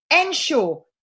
Ensure